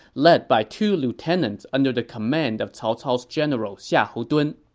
led by two lieutenants under the command of cao cao's general xiahou dun.